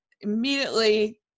immediately